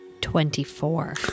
twenty-four